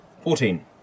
Fourteen